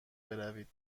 بروید